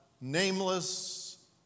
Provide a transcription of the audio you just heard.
nameless